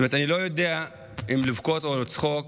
אני לא יודע אם לבכות או לצחוק.